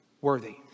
worthy